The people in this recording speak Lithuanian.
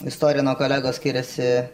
istorija nuo kolegos skiriasi